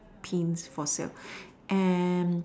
themes for sale an